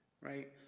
right